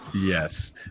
Yes